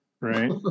Right